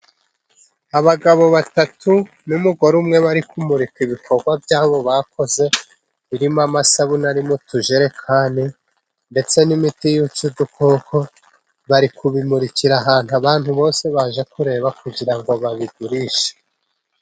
Abagabo batatu n'umugore umwe. Bari kumurika ibikorwa byabo bakoze. Birimo amasabune ari mutujekani ndetse n'imiti yica udukoko. Bari kubimurikira ahantu abantu bose. Baje kureba kugira ngo babigurishe.